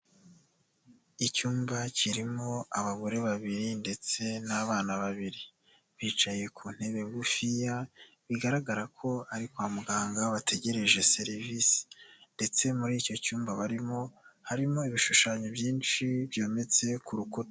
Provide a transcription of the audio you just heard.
Icyumba kirimo abagore babiri ndetse n'abana babiri bicaye ku ntebe ngufiya bigaragara ko ari kwa muganga bategereje serivisi ndetse muri icyo cyumba barimo, harimo ibishushanyo byinshi byometse ku rukuta.